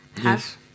Yes